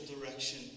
direction